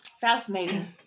Fascinating